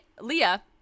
Leah